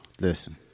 Listen